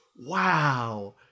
Wow